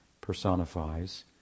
personifies